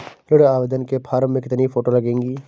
ऋण आवेदन के फॉर्म में कितनी फोटो लगेंगी?